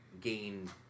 gain